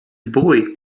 boy